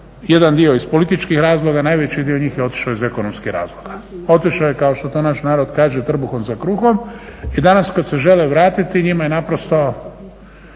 jedan dio iz političkih razloga, najveći dio njih je otišao iz ekonomskih razloga. Otišao je kao što to naš narod kaže trbuhom za krugom i danas kada se žele vratiti njima je smiješno